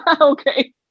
okay